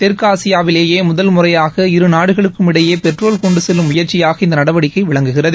தெற்காசியாவிலேயே முதல் முறையாக இரு நாடுகளுக்கும் இடையே பெட்ரோல் கொண்டு செல்லும் முயற்சியாக இந்த நடவடிக்கை விளங்குகிறது